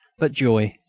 but joy,